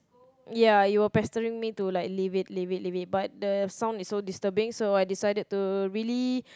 ya they were pestering me to like leave it leave it leave it but the sound was so disturbing so I decided to really